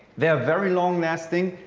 they are very long lasting.